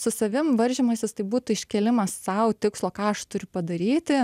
su savim varžymasis tai būtų iškėlimas sau tikslo ką aš turiu padaryti